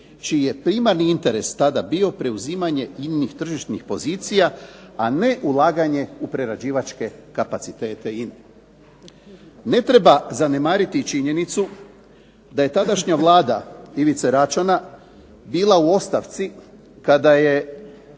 čiji je primarni interes tada bio preuzimanje INA-ih tržišnih pozicija a ne ulaganje u prerađivačke kapacitete INA-e. Ne treba zanemariti činjenicu da je tadašnja Vlada Ivice Račana bila u ostavci kada je